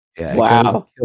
Wow